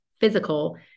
physical